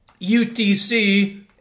UTC